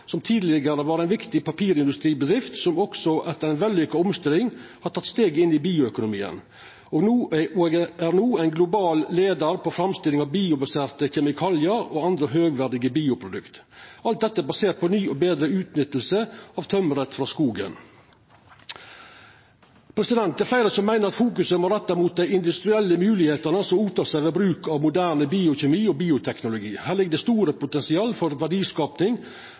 som tidlegare var ein viktig papirindustribedrift, men som etter ei vellukka omstilling har tatt steget inn i bioøkonomien, og no er ein global leiar på framstilling av biobaserte kjemikaliar og andre høgverdige bioprodukt. Alt dette er basert på ny og betre utnytting av tømmeret frå skogen. Det er fleire som meiner at fokuset må rettast mot dei industrielle moglegheitene som opnar seg ved bruk av moderne biokjemi og bioteknologi. Her ligg det store potensial for verdiskaping,